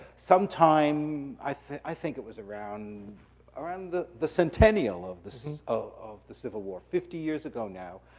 sometime, i think it was around around the the centennial of the sort of the civil war, fifty years ago now,